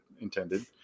intended